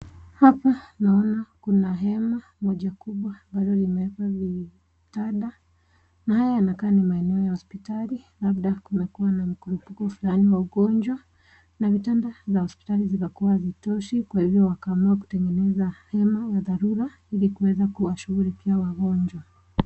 Hapa naona kuna hema moja kubwa, ambayo limewekwa vitanda, na haya inakaa ni maeneo ya hospitali, labda kumekuwa na mkurupuko fulani wa ugonjwa, na vitanda za hospitali zimekuwa hazitoshi, kwa hivyo wakaamua kutengeneza hema wa dharura ili kuweza kuwashugulikia wagonjwa.